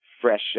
fresh